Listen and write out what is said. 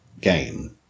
game